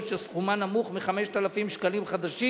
שסכומן נמוך מ-5,000 שקלים חדשים.